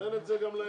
תן את זה גם להם...